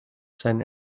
zijn